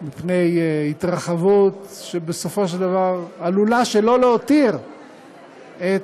מפני התרחבות שבסופו של דבר עלולה שלא להותיר את